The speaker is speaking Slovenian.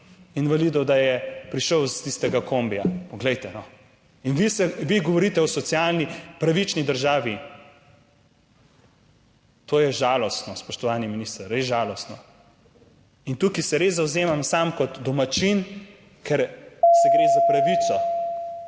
invalidov, da je prišel iz tistega kombija. Poglejte, no. In vi govorite o socialni, pravični državi. To je žalostno, spoštovani minister, res žalostno. In tukaj se res zavzemam sam kot domačin, ker gre za pravico,